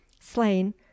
slain